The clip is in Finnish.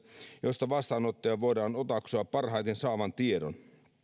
josta vastaanottajan voidaan otaksua parhaiten saavan tiedon